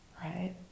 right